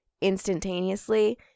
instantaneously